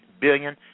billion